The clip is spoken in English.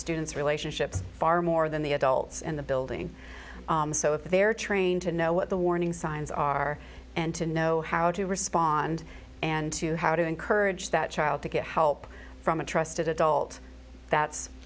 students relationships far more than the adults in the building so if they're trained to know what the warning signs are and to know how to respond and to how to encourage that child to get help from a trusted adult that's